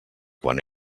quan